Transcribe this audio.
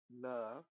love